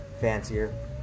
fancier